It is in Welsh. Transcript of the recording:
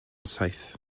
saith